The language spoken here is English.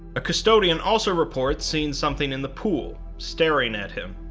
a custodian also reports seeing something in the pool staring at him.